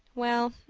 well,